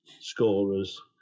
scorers